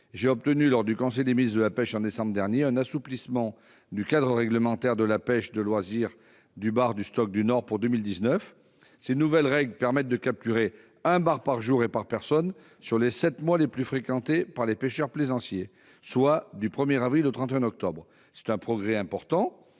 j'ai obtenu, lors du conseil des ministres de la pêche en décembre dernier, un assouplissement du cadre réglementaire de la pêche de loisir du bar du stock du nord pour 2019. Ces nouvelles règles permettent de capturer un bar par jour et par personne sur les sept mois les plus fréquentés par les pêcheurs plaisanciers, soit du 1 avril au 31 octobre. C'est un progrès important,